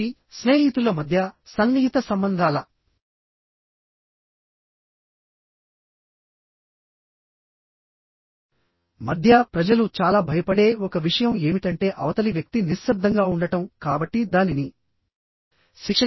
కాబట్టి స్నేహితుల మధ్య సన్నిహిత సంబంధాల మధ్య ప్రజలు చాలా భయపడే ఒక విషయం ఏమిటంటే అవతలి వ్యక్తి నిశ్శబ్దంగా ఉండటం కాబట్టి దానిని శిక్షగా కూడా ఉపయోగించవచ్చు